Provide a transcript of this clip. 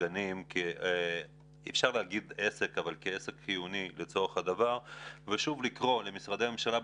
הגנים כעסק חיוני ושוב לקרוא למשרדי הממשלה,